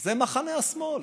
זה מחנה השמאל.